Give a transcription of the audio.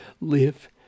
live